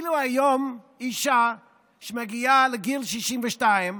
ואילו היום אישה שמגיעה לגיל 62,